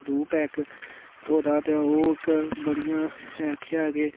रूप ऐ इक थ्होए दा तां ओह् इक बड़ियां आखेआ के